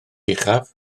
uchaf